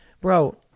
Bro